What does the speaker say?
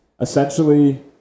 Essentially